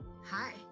Hi